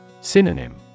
Synonym